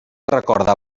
recorda